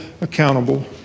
accountable